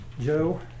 Joe